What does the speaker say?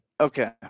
Okay